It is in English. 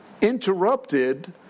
interrupted